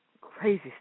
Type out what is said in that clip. crazy